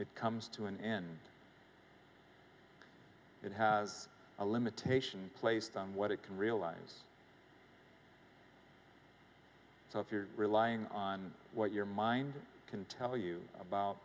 it comes to an end it has a limitation placed on what it can realize so if you're relying on what your mind can tell you about